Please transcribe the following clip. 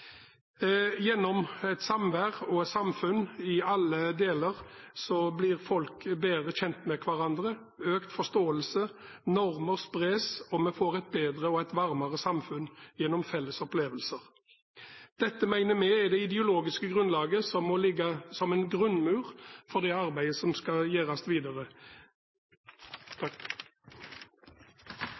Gjennom samvær og et samfunn alle deler, blir folk bedre kjent med hverandre, får økt forståelse, normer spres, og vi får et bedre og varmere samfunn gjennom felles opplevelser. Dette mener vi er det ideologiske grunnlaget som må ligge som en grunnmur for det arbeidet som skal gjøres